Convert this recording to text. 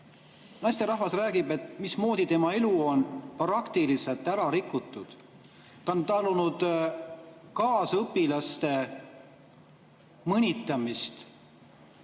naisterahvas räägib, mismoodi tema elu on praktiliselt ära rikutud. Ta on talunud kaasõpilaste mõnitamist,